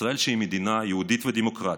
ישראל שהיא מדינה יהודית ודמוקרטית.